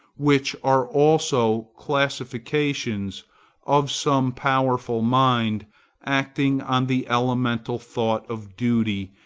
which are also classifications of some powerful mind acting on the elemental thought of duty,